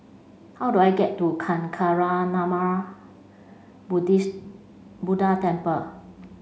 how do I get to Kancanarama Buddha Temple